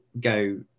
go